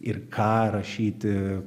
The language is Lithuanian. ir ką rašyti